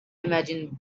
imagine